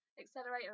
accelerator